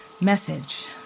Message